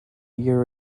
year